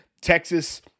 Texas